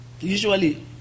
Usually